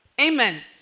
Amen